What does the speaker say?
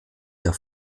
der